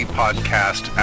podcast